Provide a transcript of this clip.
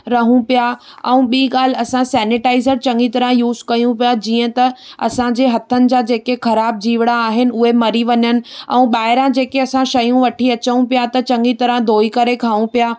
रहूं पिया ऐं ॿि ॻाल्हि असां सेनिटाइज़र चङी तरह यूज़ कयूं पिया जीअं त असांजे हथनि जा जेके ख़राब जीवड़ा आहिनि उहे मरी वञनि ऐं ॿाहिरा जेके असां शयूं वठी अचूं पिया त चङी तरहां धोई करे खाऊं पिया